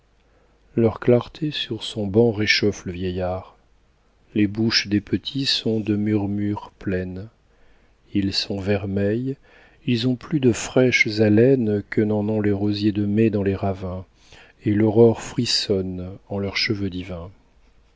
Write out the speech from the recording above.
leur clarté sur son banc réchauffe le vieillard les bouches des petits sont de murmures pleines ils sont vermeils ils ont plus de fraîches haleines que n'en ont les rosiers de mai dans les ravins et l'aurore frissonne en leurs cheveux divins